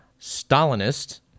Stalinist